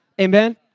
Amen